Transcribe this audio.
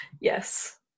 Yes